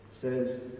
says